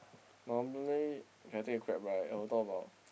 normally I take a Grab right I will talk about